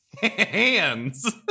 hands